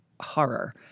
horror –